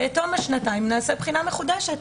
בתום השנתיים נעשה בחינה מחודשת,